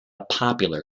popular